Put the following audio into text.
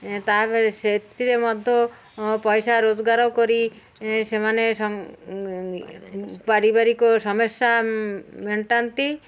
ତା'ପରେ ସେଥିରେ ମଧ୍ୟ ପଇସା ରୋଜଗାର କରି ସେମାନେ ପାରିବାରିକ ସମସ୍ୟା ମେଣ୍ଟାନ୍ତି